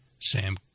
Sam